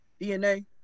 DNA